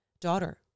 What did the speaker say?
Daughter